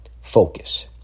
Focus